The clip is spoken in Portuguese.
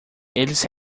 eles